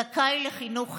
זכאי לחינוך חינם.